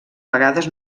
vegades